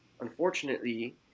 Unfortunately